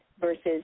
versus